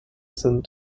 sind